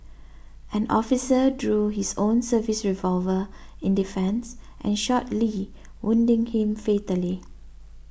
an officer drew his own service revolver in defence and shot Lee wounding him fatally